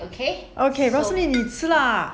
rosalie 你吃啦